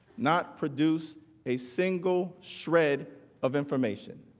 not produce a single shred of information.